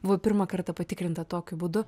buvo pirmą kartą patikrinta tokiu būdu